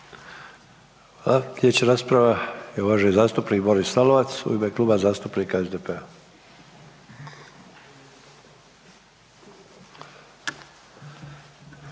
Slijedeća rasprava je uvaženi zastupnik Boris Lalovac u ime Kluba zastupnika SDP-a.